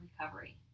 recovery